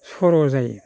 सर' जायो